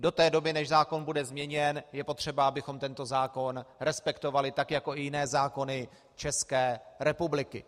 Do té doby, než zákon bude změněn, je potřeba, abychom tento zákon respektovali, tak jako i jiné zákony České republiky.